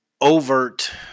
overt